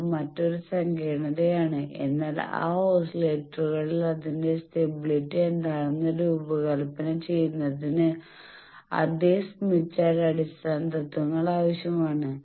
അത് മറ്റൊരു സാങ്കേതികതയാണ് എന്നാൽ ആ ഓസിലേറ്ററുകൾളിൽ അതിന്റെ സ്റ്റബിലിറ്റി എന്താണെന്ന് രൂപകൽപ്പന ചെയുന്നതിന് അതേ സ്മിത്ത് ചാർട്ട് അടിസ്ഥാനതത്വങ്ങൾ ആവശ്യമാണ്